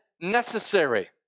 necessary